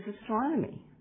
astronomy